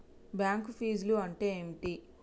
Bank ఫీజ్లు అంటే ఏమిటి?